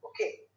okay